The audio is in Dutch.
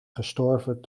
gestorven